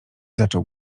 zaczął